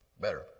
Better